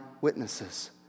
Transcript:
witnesses